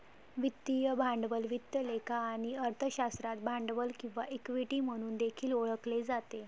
वित्तीय भांडवल वित्त लेखा आणि अर्थशास्त्रात भांडवल किंवा इक्विटी म्हणून देखील ओळखले जाते